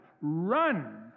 Run